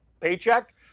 paycheck